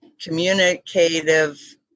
communicative